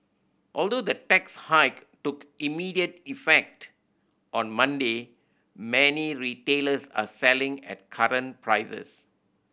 although the tax hike took immediate effect on Monday many retailers are selling at current prices